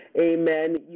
Amen